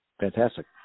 Fantastic